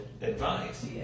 advice